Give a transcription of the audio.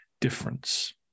difference